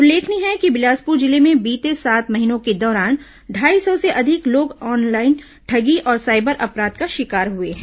उल्लेखनीय है कि बिलासपुर जिले में बीते सात महीनों के दौरान ढाई सौ से अधिक लोग ऑनलाइन ठगी और साइबर अपराध का शिकार हुए हैं